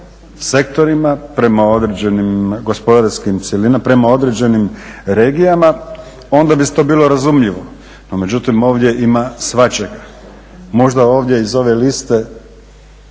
sektorima, prema određenim gospodarskim cjelinama, prema određenim regijama onda bi to bilo razumljivo. No, međutim ovdje ima svačeg. Možda ovdje iz ove liste